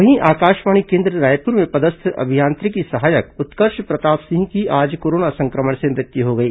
वहीं आकाशवाणी केन्द्र रायपुर में पदस्थ अभियांत्रिकी सहायक उत्कर्ष प्रताप सिंह की आज कोरोना संक्रमण से मृत्यु हो गई